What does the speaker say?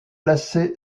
placé